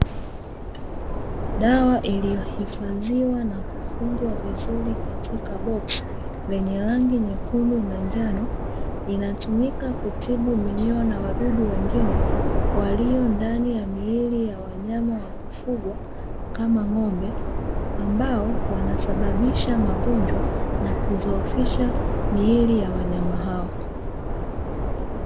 Dawa iliyohifadhiwa na kufungwa vizuri katika boxsi, lenye rangi nyekundu na njano. Linatumika kutibu minyoo na wadudu wengine, waliyo ndani ya miili ya wanyama wa kufugwa kama ng'ombe ambao wanasababisha magonjwa na kudhohofisha miili ya wanyama hao.